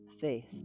faith